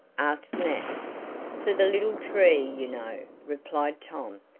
asked nat for the little tree, you know, replied tom.